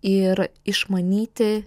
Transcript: ir išmanyti